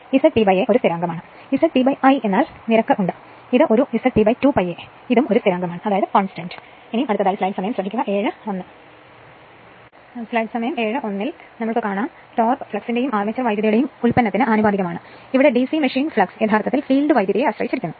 ZP A ഒരു സ്ഥിരാങ്കമാണ് ZP I എന്നാൽ നിരക്ക് ഉണ്ട് ഇത് ഒരു ZP 2 π A എടുക്കുക ഇത് ഒരു സ്ഥിരാങ്കമാണ് അതിനാൽ ടോർക്ക് ഫ്ലക്സിന്റെയും ആർമേച്ചർ വൈദ്യുതിയുടെയും ഉൽപ്പന്നത്തിന് ആനുപാതികമാണ് ആ ഡിസി മെഷീൻ ഫ്ലക്സ് യഥാർത്ഥത്തിൽ ഫീൽഡ് വൈദ്യുതിയെ ആശ്രയിച്ചിരിക്കുന്നു